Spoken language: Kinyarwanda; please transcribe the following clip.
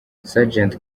sgt